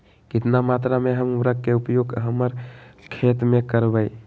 कितना मात्रा में हम उर्वरक के उपयोग हमर खेत में करबई?